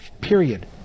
period